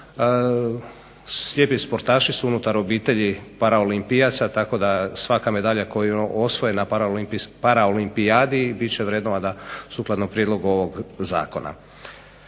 Slijepi sportaši su unutar obitelji paraolimpijaca tako da svaka medalja koju osvoje na paraolimpijadi biti će vrednovana sukladno Prijedlogu ovog Zakona.